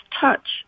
touch